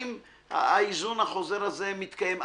האם האיזון החוזר הזה מתקיים.